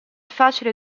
facile